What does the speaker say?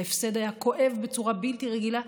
ההפסד היה כואב בצורה בלתי רגילה.